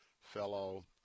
fellow